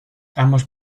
ambos